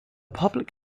public